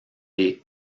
les